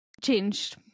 changed